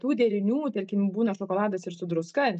tų derinių tarkim būna šokoladas ir su druska